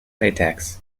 latex